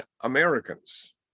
americans